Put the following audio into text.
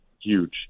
Huge